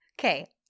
Okay